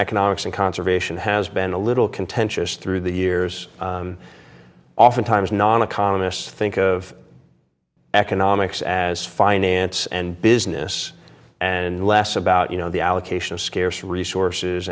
economics and conservation has been a little contentious through the years often times non economists think of economics as finance and business and less about you know the allocation of scarce resources